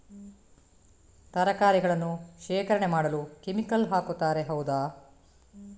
ತರಕಾರಿಗಳನ್ನು ಶೇಖರಣೆ ಮಾಡಲು ಕೆಮಿಕಲ್ ಹಾಕುತಾರೆ ಹೌದ?